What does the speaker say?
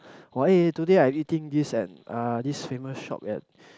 !wah! eh today I eating this at this famous shop at